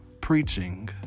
preaching